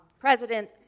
president